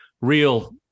real